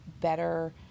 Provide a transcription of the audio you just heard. better